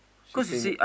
she say no